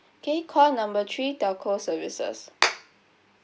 okay call number three telco services